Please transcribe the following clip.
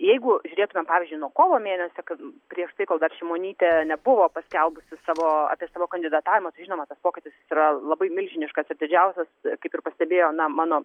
jeigu žiūrėtumėm pavyzdžiui nuo kovo mėnesio kad prieš tai kol dar šimonytė nebuvo paskelbusi savo apie savo kandidatavimą tai žinoma tas pokytis jis yra labai milžiniškas ir didžiausias kaip ir pastebėjo na mano